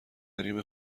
حریم